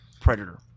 Predator